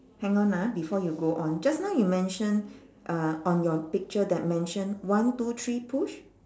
hang on ah before you go on just now you mentioned uh on your picture that mentioned one two three push